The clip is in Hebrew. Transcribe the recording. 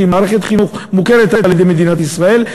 שהיא מערכת חינוך מוכרת על-ידי מדינת ישראל,